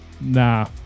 Nah